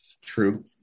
True